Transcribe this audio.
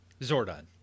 Zordon